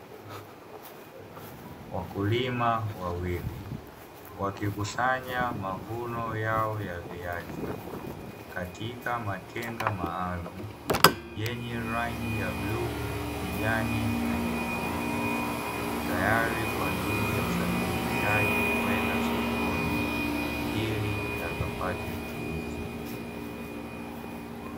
Wakulima wawili wakikusanya mavuno yao ya viazi, katika matenga maalumu yenye rangi ya bluu, kijani na nyekundu tayari kwa ajili ya usafirishaji kwenda sokoni ili yakapate kuuzwa.